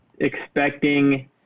expecting –